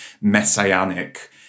messianic